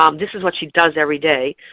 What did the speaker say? um this is what she does every day.